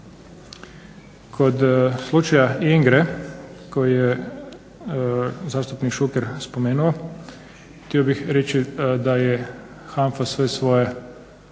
Kod slučaja INGRA-e koju je zastupnik Šuker spomenuo htio bih reći da je HANFA sve svoje,